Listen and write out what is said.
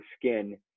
skin